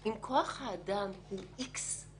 אם כוח האדם הוא אקס,